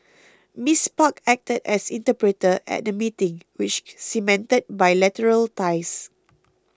Miss Park acted as interpreter at the meeting which cemented bilateral ties